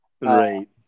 Right